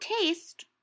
taste